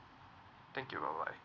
thank you bye bye